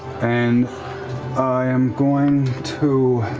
and i am going to